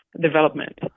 development